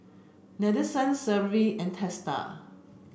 Nadesan Sanjeev and Teesta